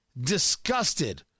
Disgusted